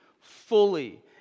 fully